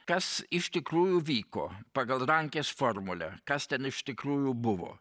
kas iš tikrųjų vyko pagal rankės formulę kas ten iš tikrųjų buvo